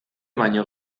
baino